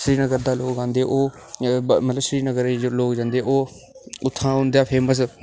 श्रीनगर दा लोक औंदे ओह् मतलव श्रीनगर गी लोक जंदे ओह् उतथां दा हुंदा फेमस